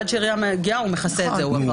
ועד שהעירייה מגיעה הוא מכסה את זה.